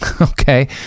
okay